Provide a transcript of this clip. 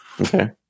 Okay